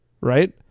Right